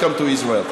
Welcome to Israel.